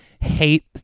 hate